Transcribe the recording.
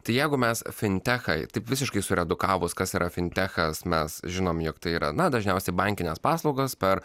tai jeigu mes fintechą taip visiškai suredukavus kas yra fintechas mes žinome jog tai yra na dažniausiai bankinės paslaugos per